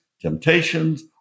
temptations